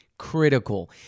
critical